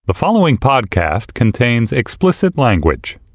the following podcast contains explicit language